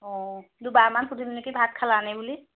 অঁ দুবাৰমান সুধিলো নেকি ভাত খালানে বুলি